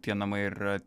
tie namai ir yra